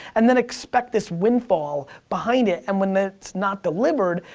and then expect this windfall behind it, and when it's not delivered,